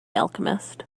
alchemist